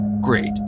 Great